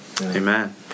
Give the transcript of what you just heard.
Amen